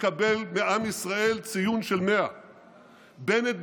מקבל מעם ישראל ציון 100. בנט,